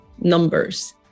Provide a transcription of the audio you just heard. numbers